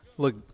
Look